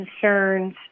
concerns